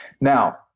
Now